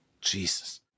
Jesus